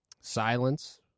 silence